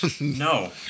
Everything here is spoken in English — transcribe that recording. no